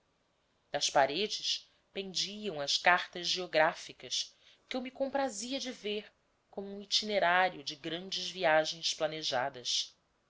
das paredes pendiam as cartas geográficas que eu me comprazia de ver como um itinerário de grandes viagens planejadas